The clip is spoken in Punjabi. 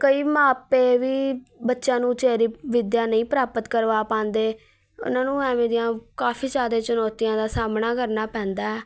ਕਈ ਮਾਪੇ ਵੀ ਬੱਚਿਆਂ ਨੂੰ ਉਚੇਰੀ ਵਿੱਦਿਆ ਨਹੀਂ ਪ੍ਰਾਪਤ ਕਰਵਾ ਪਾਉਂਦੇ ਉਹਨਾਂ ਨੂੰ ਐਵੇਂ ਦੀਆਂ ਕਾਫੀ ਜ਼ਿਆਦਾ ਚੁਣੋਤੀਆਂ ਦਾ ਸਾਹਮਣਾ ਕਰਨਾ ਪੈਂਦਾ